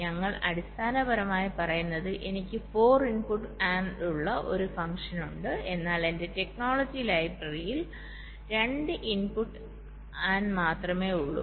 ഞങ്ങൾ അടിസ്ഥാനപരമായി പറയുന്നത് എനിക്ക് 4 ഇൻപുട്ട് AND ഉള്ള ഒരു ഫംഗ്ഷൻ ഉണ്ട് എന്നാൽ എന്റെ ടെക്നോളജി ലൈബ്രറിയിൽ 2 ഇൻപുട്ട് AND മാത്രമേ ഉള്ളൂ